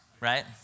right